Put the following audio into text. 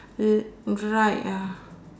uh right ah